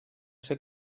ser